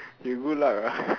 you good luck ah